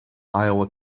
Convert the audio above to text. iowa